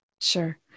sure